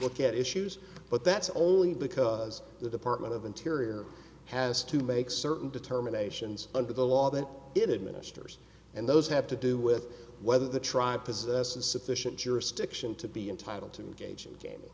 look at issues but that's only because the department of interior has to make certain determinations under the law that it administers and those have to do with whether the tribe possesses sufficient jurisdiction to be entitled to gauge